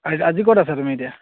আজ আজি ক'ত আছা তুমি এতিয়া